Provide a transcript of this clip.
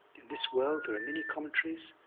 in this world, there are many commentaries.